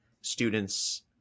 students